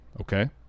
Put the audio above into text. okay